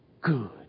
good